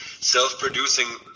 self-producing